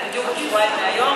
זה בדיוק עוד שבועיים מהיום,